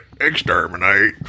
Exterminate